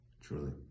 Truly